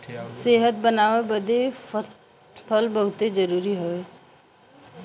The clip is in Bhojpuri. सेहत बनाए बदे फल बहुते जरूरी हौ